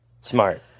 Smart